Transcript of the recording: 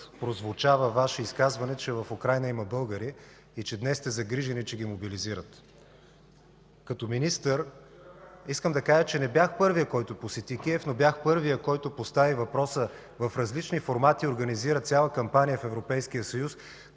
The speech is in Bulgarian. прозвуча във Ваше изказване, че в Украйна има българи и че днес сте загрижени, че ги мобилизират. Като министър искам да кажа, че не бях първият, който посети Киев, но бях първият, който постави въпроса в различни формати и организира цяла кампания в Европейския съюз